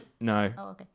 no